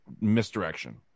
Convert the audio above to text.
Misdirection